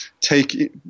take